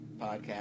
podcast